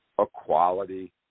Equality